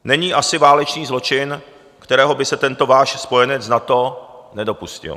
Není asi válečný zločin, kterého by se tento váš spojenec v NATO nedopustil.